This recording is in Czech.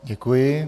Děkuji.